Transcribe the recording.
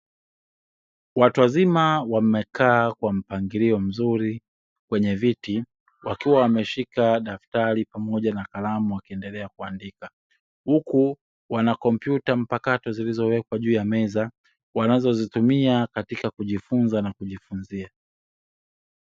Watu wazima wamekaa kwa mpangilio mzuri kwenye viti wakiwa wameshika daftari na kalamu wakiendelea kuandika. Huku wana kompyuta mpakato zilizowekwa juu ya meza wanazozitumia katika kujifunza na kujifunzia.